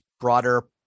broader